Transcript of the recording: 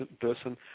person